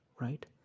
right